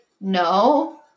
no